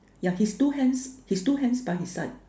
yeah his two hands his two hands by his side